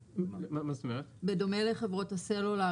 בדומה לחברות הסלולר?